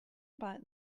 about